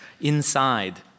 inside